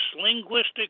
linguistic